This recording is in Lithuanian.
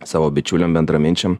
savo bičiuliam bendraminčiam